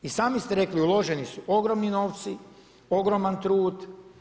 I sami ste rekli uloženi su ogromni novci, ogroman trud.